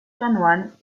chanoine